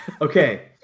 okay